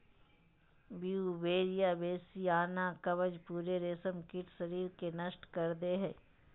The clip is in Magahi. ब्यूवेरिया बेसियाना कवक पूरे रेशमकीट शरीर के नष्ट कर दे हइ